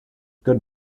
good